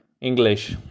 English